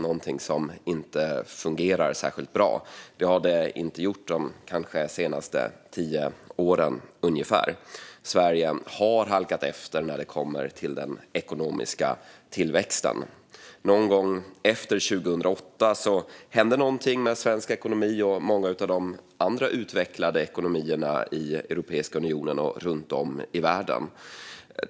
Det finns något som inte fungerar särskilt bra, och det har det inte gjort de senaste kanske tio åren. Sverige har halkat efter när det kommer till den ekonomiska tillväxten. Någon gång efter 2008 hände någonting med svensk ekonomi och med många av de andra utvecklade ekonomierna i Europeiska unionen och runt om i världen.